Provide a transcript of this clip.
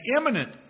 imminent